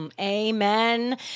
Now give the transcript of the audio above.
Amen